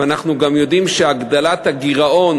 ואנחנו גם יודעים שהגדלת הגירעון